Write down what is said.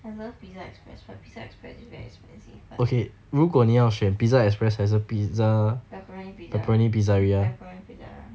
I love pizza express but pizza express is very expensive but pepperoni pizza pepperoni pizza